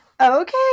Okay